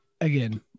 Again